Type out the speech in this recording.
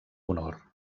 honor